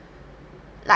like